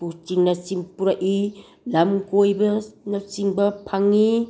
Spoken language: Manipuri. ꯄꯨꯔꯛꯏ ꯂꯝ ꯀꯣꯏꯕꯅꯆꯤꯡꯕ ꯐꯪꯉꯤ